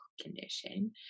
condition